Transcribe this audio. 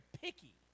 picky